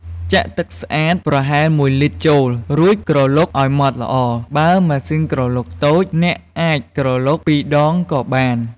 ចាក់ទឹកស្អាតប្រហែល ១ លីត្រចូល រួចក្រឡុកឱ្យម៉ដ្ឋល្អ បើម៉ាស៊ីនក្រឡុកតូច អ្នកអាចក្រឡុកពីរដងក៏បាន។